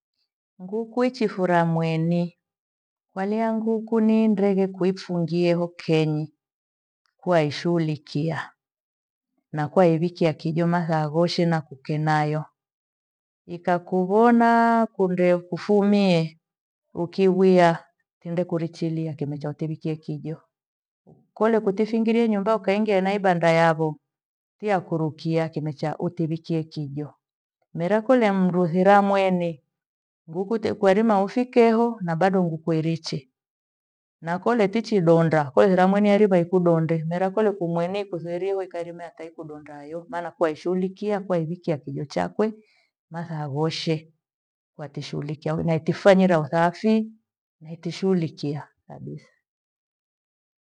Nguku ichifura mweni kwalea nguku ni ndeghe kuifughie hoe kwenyi, kwaishuhulikia na kwa iwikia kijo mathaa voshe na kukekayo. Ikakuvona kunde ikufumie ukiwia kundekurichiria kimecha otewikia kijo. Kole kutifingiria nyumba ukaingia ibanda yavo thiyakurukia kimecha utevikia kijo. Mera kole amndu thiramweni ngukute kwerima ufikieho na bado nguku eriche. Na kole tichidonda kolethiramweni alivo ikudonde. Mera kole kumweni kuthoiriwe wekarima ya tai kudongayo. Maana kwaishughulikia kwaiwikiwa kijo chakwe mathaa voshe watishughulikia, unatiufanyira uthafi netishughulikia kabitha